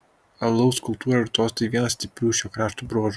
alaus kultūra ir tostai vienas stiprių šio krašto bruožų